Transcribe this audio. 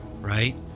right